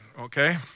okay